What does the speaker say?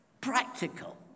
practical